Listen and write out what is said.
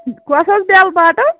کۄس حظ bell bottom